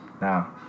Now